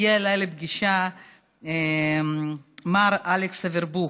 הגיע אליי לפגישה מר אלכס אברבוך.